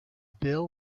bill